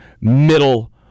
middle